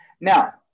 Now